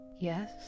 yes